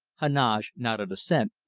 heneage nodded assent,